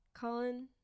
Colin